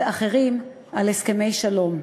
ואחרים על הסכמי שלום.